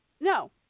No